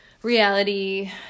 reality